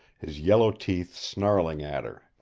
his yellow teeth snarling at her.